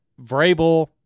Vrabel